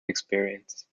experience